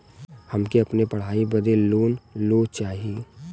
हमके अपने पढ़ाई बदे लोन लो चाही?